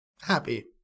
happy